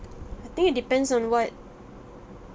I think it depends on what